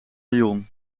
lyon